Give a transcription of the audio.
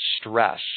stress